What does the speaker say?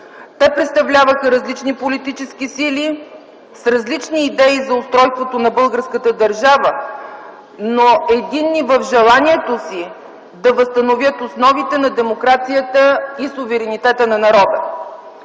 Те представляваха различни политически сили с различни идеи за устройството на българската държава, но единни в желанието си да възстановят основите на демокрацията и суверенитета на народа.